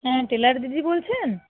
হ্যাঁ টেলার দিদি বলছেন